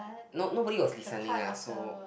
no nobody was listening lah so